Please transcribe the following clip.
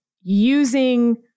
using